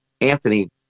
Anthony